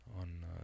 on